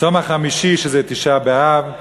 "צום החמישי" שזה תשעה באב,